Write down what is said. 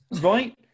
right